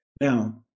Now